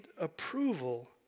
approval